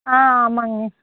ஆ ஆமாங்க